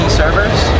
servers